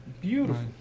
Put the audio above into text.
Beautiful